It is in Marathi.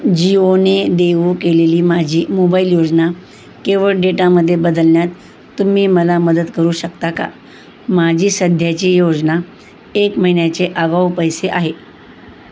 जिओने देऊ केलेली माझी मोबाईल योजना केवळ डेटामध्ये बदलण्यात तुम्ही मला मदत करू शकता का माझी सध्याची योजना एक महिन्याचे आगाऊ पैसे आहे